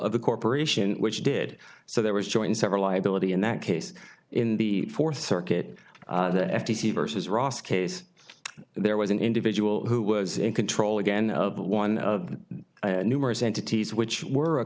of the corporation which did so there was joint several liability in that case in the fourth circuit the f t c versus ross case there was an individual who was in control again of one of the numerous entities which were a